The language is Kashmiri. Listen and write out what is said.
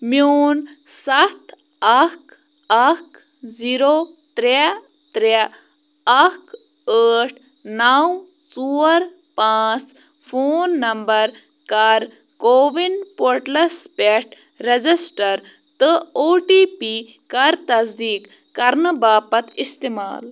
میون سَتھ اَکھ اَکھ زیٖرو ترٛےٚ ترٛےٚ اَکھ ٲٹھ نَو ژور پانٛژھ فون نمبَر کَر کووِن پورٹلَس پٮ۪ٹھ رَجِسٹَر تہٕ او ٹی پی کَر تصدیٖق کرنہٕ باپَت اِستعمال